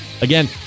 Again